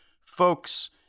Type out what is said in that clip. folks